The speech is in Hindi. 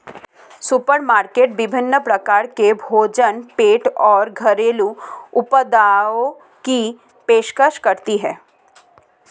सुपरमार्केट विभिन्न प्रकार के भोजन पेय और घरेलू उत्पादों की पेशकश करती है